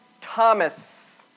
Thomas